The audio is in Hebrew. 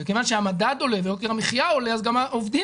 וכיוון שהמדד עולה ויוקר המחיה עולה אז גם העובדים